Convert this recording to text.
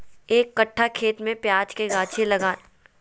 एक कट्ठा खेत में प्याज के गाछी लगाना के लिए कितना बिज लगतय?